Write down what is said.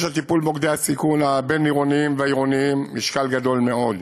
יש לטיפול במוקדי הסיכון הבין-עירוניים והעירוניים משקל גדול מאוד.